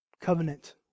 covenant